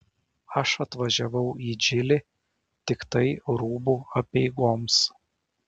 aš atvažiavau į džilį tiktai rūbų apeigoms